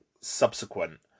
subsequent